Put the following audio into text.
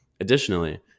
Additionally